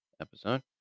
episode